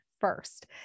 first